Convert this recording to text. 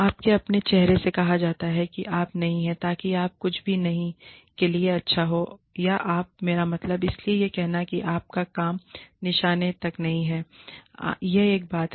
आपको अपने चेहरे से कहा जाता है कि आप नहीं हैं ताकि आप कुछ भी नहीं के लिए अच्छा हो या आप मेरा मतलब है इसलिए यह कहना कि आपका काम निशान तक नहीं है यह एक बात है